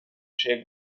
che